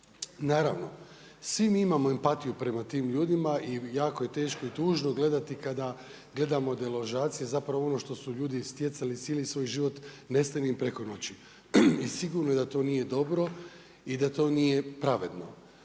Naravno, svi mi imamo empatiju prema tim ljudima i jako je teško i tužno gledati kada gledamo deložacije, zapravo ono što su ljudi stjecali cijeli svoj život nestane im preko noći i sigurno je da to nije dobro i da to nije pravedno.